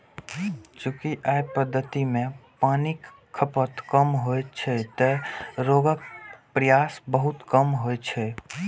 चूंकि अय पद्धति मे पानिक खपत कम होइ छै, तें रोगक प्रसार बहुत कम होइ छै